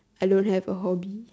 I don't have a hobby